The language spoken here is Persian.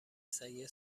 سگه